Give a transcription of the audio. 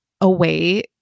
away